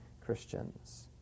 Christians